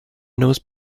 knows